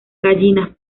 gallinas